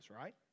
right